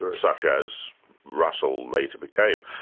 ah such as russell later became,